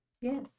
Yes